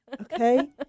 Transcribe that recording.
Okay